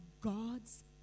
God's